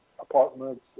apartments